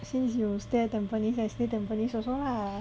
since you stay tampines I stay tampines also lah